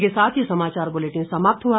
इसी के साथ ये समाचार बुलेटिन समाप्त हुआ